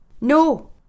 no